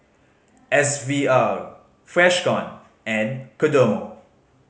S V R Freshkon and Kodomo